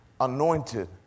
Anointed